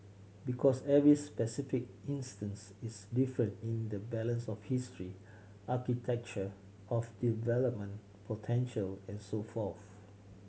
because every specific instance is different in the balance of history architecture of development potential and so forth